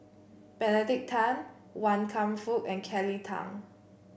Benedict Tan Wan Kam Fook and Kelly Tang